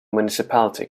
municipality